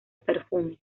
perfumes